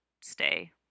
stay